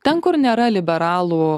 ten kur nėra liberalų